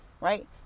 Right